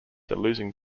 losing